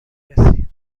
رسی